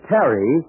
Terry